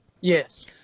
Yes